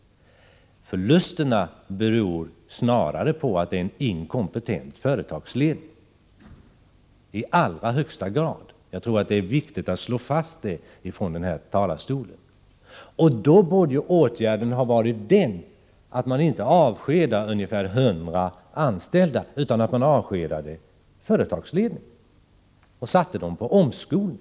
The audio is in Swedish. Förlusterna beror snarare — ja i allra högsta grad — på att företagsledningen är inkompetent. Jag tror att det är viktigt att slå fast det från denna talarstol. Då borde åtgärden inte ha varit den att man avskedar ungefär 100 anställda utan att man avskedar företagsledningen och sätter den i omskolning.